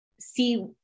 see